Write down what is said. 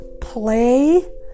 Play